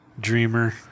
dreamer